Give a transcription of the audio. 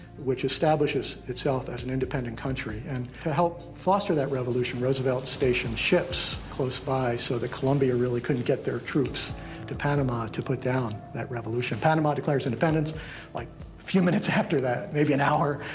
which establishes itself as an independent country. and to help foster that revolution, roosevelt stationed ships close by so that colombia really couldn't get their troops to panama to put down that revolution. panama declares independence like a few minutes after that, maybe an hour.